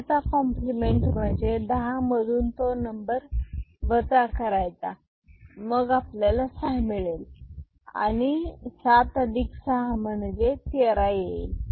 10चा कॉम्प्लिमेंट म्हणजे दहा मधून तो नंबर वजा करायचा मग आपल्याला सहा मिळेल आणि सात अधिक सहा म्हणजे तेरा येईल